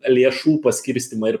lėšų paskirstymą ir